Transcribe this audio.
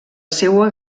seua